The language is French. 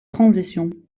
transition